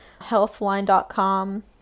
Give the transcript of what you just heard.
Healthline.com